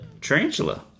tarantula